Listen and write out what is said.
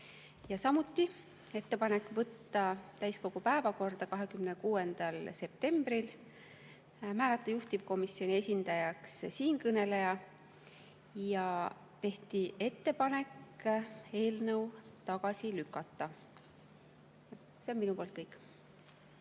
tehti ettepanek võtta [eelnõu] täiskogu päevakorda 26. septembril, määrata juhtivkomisjoni esindajaks siinkõneleja ja tehti ettepanek eelnõu tagasi lükata. See on minu poolt kõik.